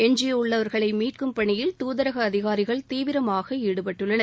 எஞ்சியுள்ளவர்களை மீட்கும் பணியில் தூதரக அதிகாரிகள் தீவிரமாக ஈடுபட்டுள்ளனர்